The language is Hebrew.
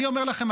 אני אומר לכם,